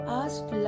asked